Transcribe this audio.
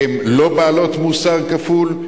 הן לא בעלות מוסר כפול,